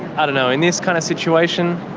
i don't know. in this kind of situation,